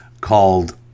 called